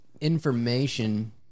information